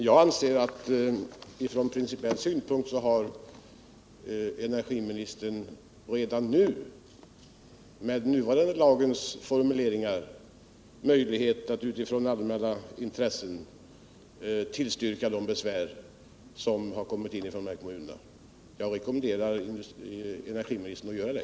Herr talman! Från principiell synpunkt har energiministern redan med den nuvarande lagens formuleringar möjlighet att med hänsyn till det allmännas intresse tillstyrka de besvär som har kommit in från vederbörande kommuner. Jag rekommenderar energiministern att göra det.